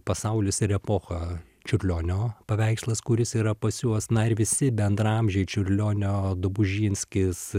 pasaulis ir epocha čiurlionio paveikslas kuris yra pas juos na ir visi bendraamžiai čiurlionio dobužinskis